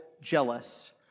jealous